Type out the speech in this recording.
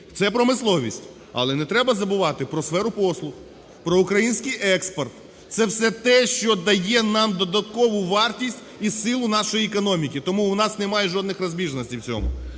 Це промисловість. Але не треба забувати про сферу послуг, про український експорт. Це все те, що дає нам додаткову вартість і силу нашої економіки. Тому у нас немає жодних розбіжностей в цьому.